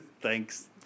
Thanks